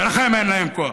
ולכן אין להם כוח.